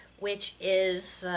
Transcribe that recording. which is,